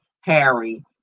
Harry